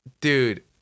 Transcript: dude